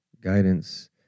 guidance